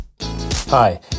Hi